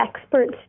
experts